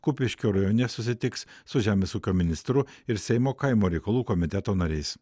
kupiškio rajone susitiks su žemės ūkio ministru ir seimo kaimo reikalų komiteto nariais